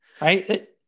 right